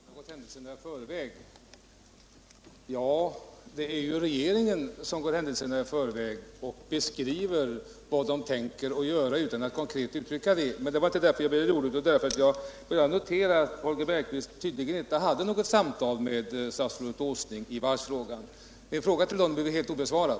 Herr talman! Holger Bergqvist säger att reservanterna har gått händelserna i förväg. Nej, det är ju regeringen som går händelserna i förväg och beskriver vad den tänker göra utan att konkret uttrycka detta. Men det var inte därför jag begärde ordet utan därför att jag noterar att Holger Bergqvist tydligen inte hade något samtal med statsrådet Åsling i varvsfrågan. Min fråga till Holger Bergqvist är helt obesvarad.